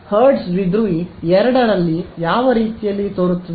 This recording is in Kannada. ಆದ್ದರಿಂದ ಹರ್ಟ್ಜ್ ದ್ವಿಧ್ರುವಿ ಎರಡರಲ್ಲಿ ಯಾವ ರೀತಿಯಲ್ಲಿ ತೋರುತ್ತದೆ